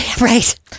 Right